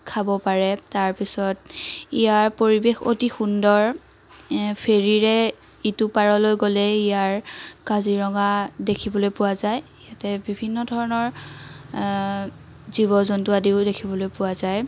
খাব পাৰে তাৰপিছত ইয়াৰ পৰিৱেশ অতি সুন্দৰ ফিৰিৰে ইটো পাৰলৈ গ'লে ইয়াৰ কাজিৰঙা দেখিবলৈ পোৱা যায় ইয়াতে বিভিন্ন ধৰণৰ জীৱ জন্তু আদিও দেখিবলৈ পোৱা যায়